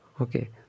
okay